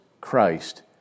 Christ